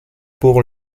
pour